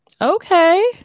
Okay